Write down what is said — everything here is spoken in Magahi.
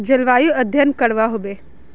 जलवायु अध्यन करवा होबे बे?